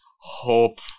hope